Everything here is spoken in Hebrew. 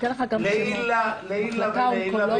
לעילא ולעילא,